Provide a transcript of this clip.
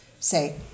say